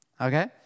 Okay